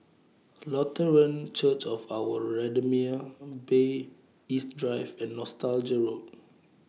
Lutheran Church of Our Redeemer Bay East Drive and Nostalgia Road